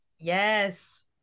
Yes